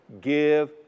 Give